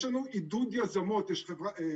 יש לנו עידוד יזמות, יש את חממת